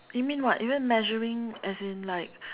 you mean what you mean measuring as in like